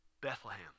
Bethlehem